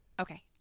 okay